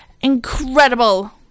incredible